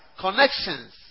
Connections